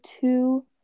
two